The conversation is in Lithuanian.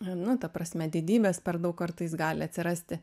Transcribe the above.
nu ta prasme didybės per daug kartais gali atsirasti